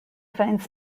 finds